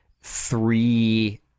three